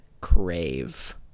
crave